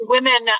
Women